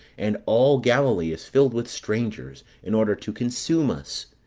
and all galilee is filled with strangers, in order to consume us.